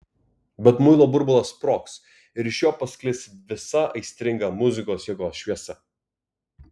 bet muilo burbulas sprogs ir iš jo pasklis visa aistringa muzikos jėgos šviesa